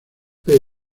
pero